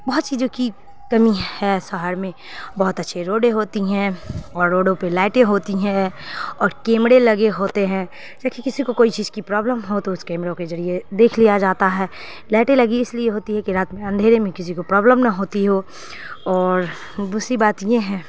بہت چیزوں کی کمی ہے شہر میں بہت اچھے روڈیں ہوتی ہیں اور روڈوں پہ لائٹیں ہوتی ہیں اور کیمرے لگے ہوتے ہیں کیونکہ کسی کو کوئی چیز کی پرابلم ہو تو اس کیمروں کے ذریعے دیکھ لیا جاتا ہے لائٹیں لگی اس لیے ہوتی ہے کہ رات میں اندھیرے میں کسی کو پرابلم نہ ہوتی ہو اور دوسری بات یہ ہیں